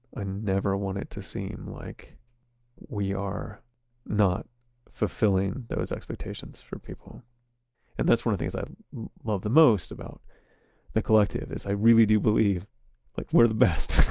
ah never want it to seem like we are not fulfilling those expectations for people and that's one of things i love the most about the collective i really do believe like we're the best.